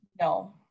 no